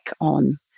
on